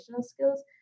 skills